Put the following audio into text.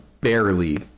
barely